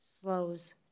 slows